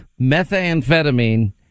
methamphetamine